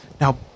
Now